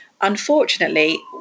Unfortunately